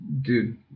Dude